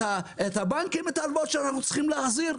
את ההלוואות שצריכים להחזיר לבנקים?